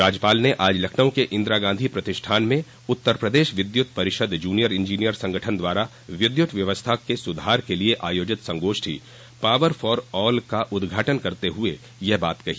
राज्यपाल ने आज लखनऊ के इंदिरा गॉधी प्रतिष्ठान में उत्तर प्रदेश विद्युत परिषद जूनियर इंजीनियर संगठन द्वारा विद्युत व्यवस्था के सुधार के लिए आयोजित संगोष्ठी पॉवर फॉर आल का उद्घाटन करते हुए यह बात कही